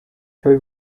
every